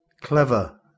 Clever